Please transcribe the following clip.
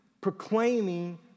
proclaiming